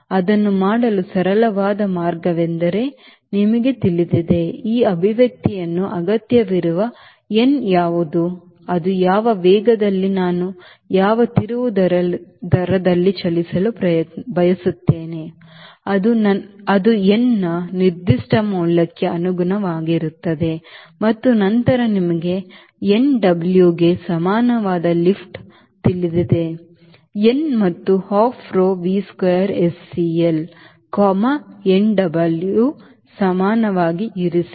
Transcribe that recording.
ಅದನ್ನು ಮಾಡಲು ಸರಳವಾದ ಮಾರ್ಗವೆಂದರೆ ನಿಮಗೆ ತಿಳಿದಿದ್ದರೆ ಈ ಅಭಿವ್ಯಕ್ತಿಯಿಂದ ಅಗತ್ಯವಿರುವ n ಯಾವುದು ಅದು ಯಾವ ವೇಗದಲ್ಲಿ ನಾನು ಯಾವ ತಿರುವು ದರದಲ್ಲಿ ಚಲಿಸಲು ಬಯಸುತ್ತೇನೆ ಅದು n ನ ನಿರ್ದಿಷ್ಟ ಮೌಲ್ಯಕ್ಕೆ ಅನುಗುಣವಾಗಿರುತ್ತದೆ ಮತ್ತು ನಂತರ ನಿಮಗೆ nW ಗೆ ಸಮಾನವಾದ ಲಿಫ್ಟ್ ತಿಳಿದಿದೆ n ಮತ್ತು half rho V square S CL nWಸಮನಾಗಿ ಇರಿಸಿ